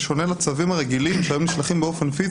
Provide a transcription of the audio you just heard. בשונה מצווים רגילים שהיום נשלחים באופן פיזי